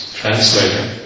translator